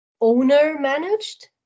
owner-managed